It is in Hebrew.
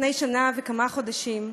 לפני שנה וכמה חודשים,